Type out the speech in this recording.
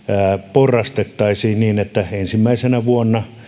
porrastettaisiin niin että ensimmäisenä vuonna